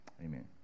amen